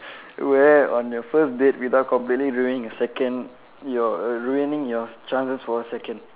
wear on your first date without completely ruining your second your ruining your chances for a second